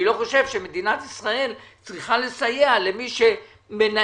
אני לא חושב שמדינת ישראל צריכה לסייע למי שמנהל